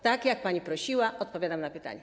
Tak jak pani prosiła, odpowiadam na pytanie.